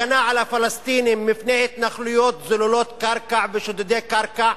הגנה על הפלסטינים מפני התנחלויות זוללות קרקע ושודדי קרקע,